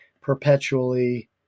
perpetually